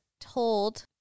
told